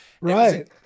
right